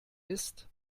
ist